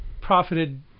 profited